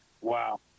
Wow